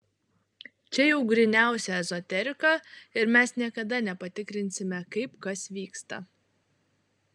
čia jau gryniausia ezoterika ir mes niekada nepatikrinsime kaip kas vyksta